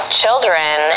children